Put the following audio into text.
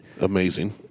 Amazing